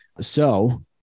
So-